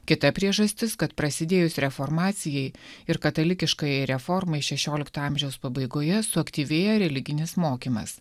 kita priežastis kad prasidėjus reformacijai ir katalikiškajai reformai šešiolikto amžiaus pabaigoje suaktyvėja religinis mokymas